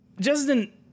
Justin